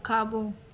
खाॿो